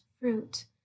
fruit